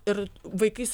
ir vaikais